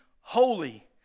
holy